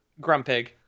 Grumpig